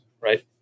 right